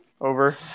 over